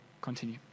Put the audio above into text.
continue